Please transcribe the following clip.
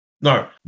No